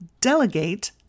Delegate